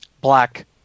black